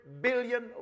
billion